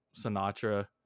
Sinatra